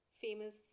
famous